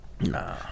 Nah